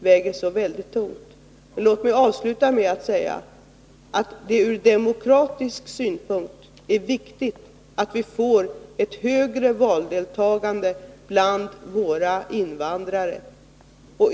Låt mig avsluta anförandet med att säga att det ur demokratisk synpunkt är viktigt att vi får ett högre valdeltagande bland våra invandrare.